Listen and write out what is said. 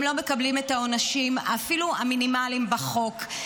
הם לא מקבלים אפילו את העונשים המינימליים בחוק,